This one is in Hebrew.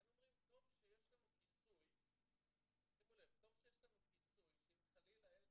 היינו אומרים טוב שיש לנו כיסוי שאם חלילה הילד